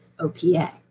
OPA